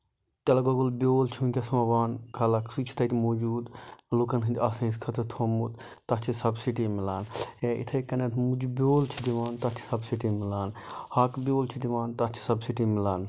تِلہٕ گۄگُل بیول چھُ ؤنکیٚس وَوان خلق سُہ چھُ تَتہِ موٗجوٗد لُکَن ہٕندۍ آسٲہِش خٲطرٕ تھوومُت تَتھ چھِ سَبسِڈی مِلان یا یِتھٕے کَنیتھ مُجہِ بیول چھِ دِوان تَتھ چھِ سَبسِڈی مِلان ہاکہٕ بیول چھِ دِوان تَتھ چھِ سَبسِڈی مِلان